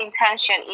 intention